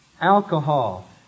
alcohol